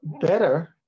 better